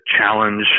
challenge